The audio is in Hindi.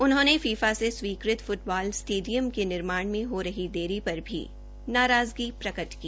उन्होने फीफा से स्वीकृत फ्टबाल स्टेडियम के निर्माण में हो रही देरी पर भी नाराज़गी प्रकट की